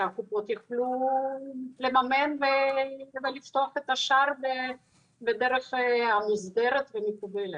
שהקופות יוכלו לממן כדי לפתוח את השער בדרך המוסדרת והמקובלת.